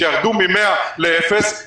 שירדו מ-100 לאפס,